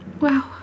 Wow